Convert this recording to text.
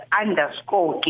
underscore